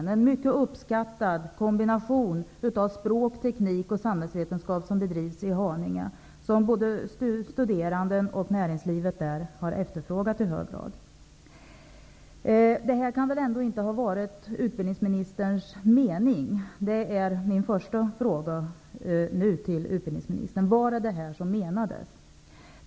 Det är en mycket uppskattad kombination av språk, teknik och samhällsvetenskap som bedrivs i Haninge. Både studerande och näringslivet där har efterfrågat den i hög grad. Detta kan väl ändå inte ha varit utbildningsministerns mening? Det är min första fråga till utbildningsministern. Var det detta som menades?